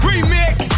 Remix